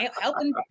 helping